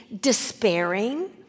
despairing